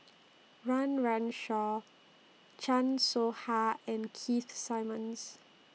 Run Run Shaw Chan Soh Ha and Keith Simmons